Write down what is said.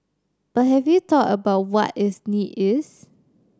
but have you thought about what that need is